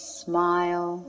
smile